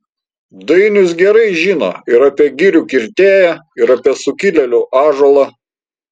dainius gerai žino ir apie girių kirtėją ir apie sukilėlių ąžuolą